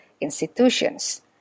institutions